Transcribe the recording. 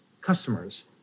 customers